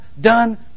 done